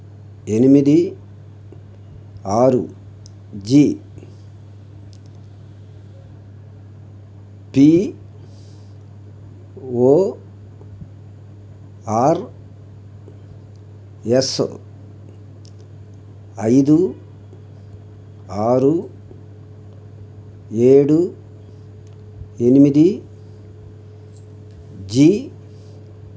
ఎనిమిది ఆరు G P O R S ఐదు ఆరు ఏడు ఎనిమిది జీ